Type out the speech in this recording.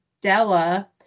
della